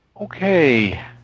Okay